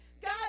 God